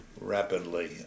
rapidly